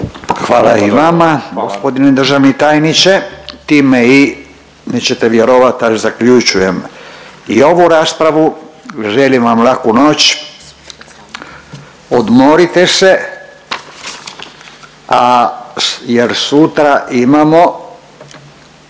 Hvala i vama g. državni tajniče, time i nećete vjerovat, al zaključujem i ovu raspravu, želim vam laku noć, odmorite se, a, jer sutra imamo